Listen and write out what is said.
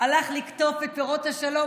הלך לקטוף את פירות השלום.